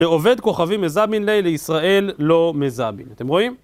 לעובד כוכבים מזמין ליילי ישראל לא מזמין, אתם רואים?